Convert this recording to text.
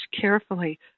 carefully